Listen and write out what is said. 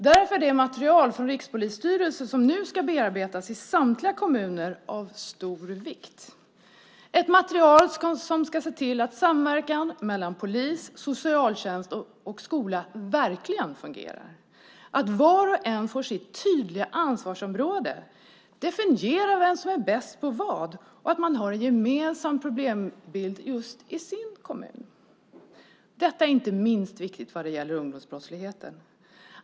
Därför är det material från Rikspolisstyrelsen som nu ska bearbetas i samtliga kommuner av stor vikt. Det är ett material som gör att man ska se till att samverkan mellan polis, socialtjänst och skola verkligen fungerar, att var och en får sitt tydliga ansvarsområde, definierar vem som är bäst på vad och att alla har en gemensam problembild just i sin kommun. Detta är inte minst viktigt vad gäller ungdomsbrottsligheten.